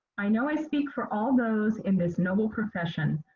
i know i speak for all those in this noble profession.